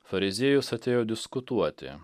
fariziejus atėjo diskutuoti